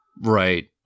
right